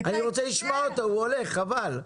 אני רוצה לשמוע אותו והוא כבר הולך, חבל.